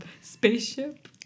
spaceship